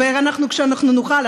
וכשאנחנו נוכל,